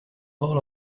all